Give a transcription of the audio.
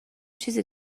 چیزی